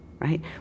right